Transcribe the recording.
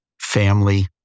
family